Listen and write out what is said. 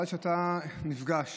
אבל כשאתה נפגש